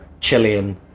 Chilean